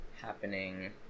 happening